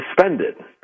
suspended